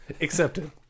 Accepted